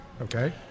Okay